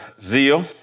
zeal